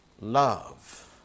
love